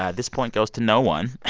ah this point goes to no one.